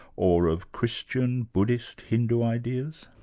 or of christian, buddhist, hindu ideas?